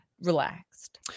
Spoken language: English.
relaxed